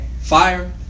Fire